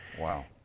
Wow